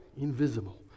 invisible